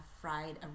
fried